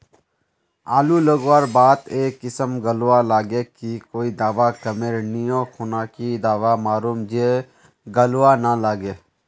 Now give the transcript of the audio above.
आलू लगवार बात ए किसम गलवा लागे की कोई दावा कमेर नि ओ खुना की दावा मारूम जे गलवा ना लागे?